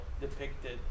depicted